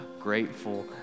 grateful